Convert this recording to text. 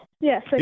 Yes